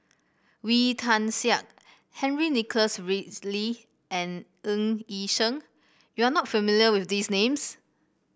Wee Tian Siak Henry Nicholas Ridley and Ng Yi Sheng you are not familiar with these names